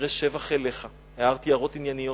בדברי שבח אליך, הערתי הערות ענייניות,